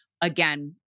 again